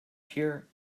pure